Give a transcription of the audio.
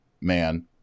man